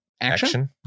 Action